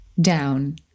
down